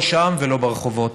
לא שם ולא ברחובות.